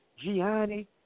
Gianni